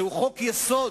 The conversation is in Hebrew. זהו חוק-יסוד,